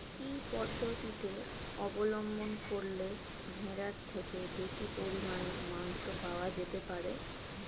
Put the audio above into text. কি পদ্ধতিতে অবলম্বন করলে ভেড়ার থেকে বেশি পরিমাণে মাংস পাওয়া যেতে পারে?